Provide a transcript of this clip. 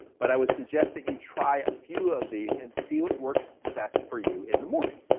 but i would suggest that you try a few of these and see what works best for you in the morning.